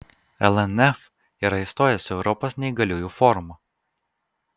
lnf yra įstojęs į europos neįgaliųjų forumą